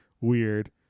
weird